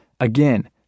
Again